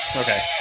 Okay